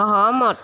সহমত